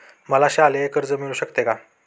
मला शालेय कर्ज मिळू शकते का?